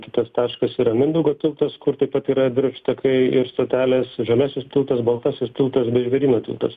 kitas taškas yra mindaugo tiltas kur taip pat yra dviračių takai ir stotelės žaliasis tiltas baltasis tiltas žvėryno tiltas